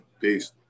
Peace